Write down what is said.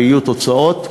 ויהיו תוצאות.